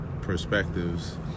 perspectives